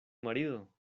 marido